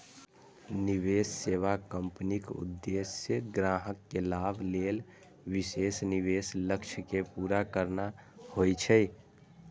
निवेश सेवा कंपनीक उद्देश्य ग्राहक के लाभ लेल विशेष निवेश लक्ष्य कें पूरा करना होइ छै